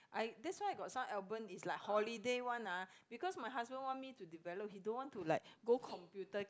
I that's why I got some album is like holiday one ah because my husband want me to develop he don't want to like go computer